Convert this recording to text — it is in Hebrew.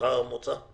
השכר הממוצע לפני שנה?